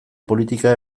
politika